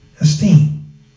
esteem